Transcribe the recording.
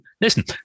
listen